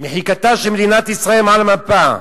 מחיקתה של מדינת ישראל מעל המפה.